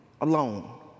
alone